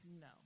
no